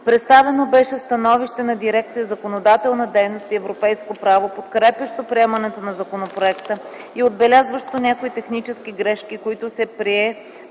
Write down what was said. Представено беше становище на Дирекция „Законодателна дейност и европейско право”, подкрепящо приемането на законопроекта и отбелязващо някои технически грешки, които се прие